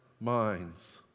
minds